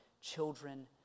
children